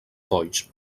polls